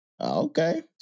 Okay